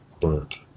burnt